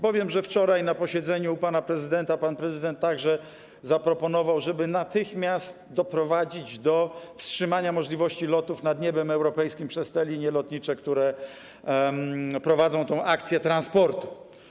Powiem, że wczoraj na posiedzeniu u pana prezydenta pan prezydent także zaproponował, żeby natychmiast doprowadzić do wstrzymania możliwości lotów nad niebem europejskim tych linii lotniczych, które prowadzą tę akcję transportu.